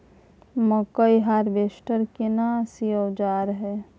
मकई हारवेस्टर केना सी औजार हय?